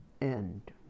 end